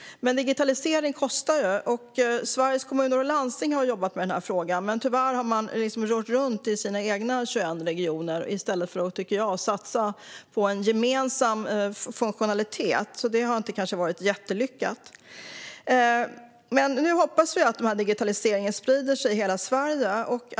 Digitalisering kostar. Sveriges Kommuner och Landsting har jobbat med frågan. Men tyvärr har man rört runt i sina egna 21 regioner i stället för att satsa på en gemensam funktionalitet. Det har kanske inte varit jättelyckat. Nu hoppas vi att digitaliseringen sprider sig i hela Sverige.